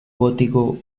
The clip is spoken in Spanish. gótico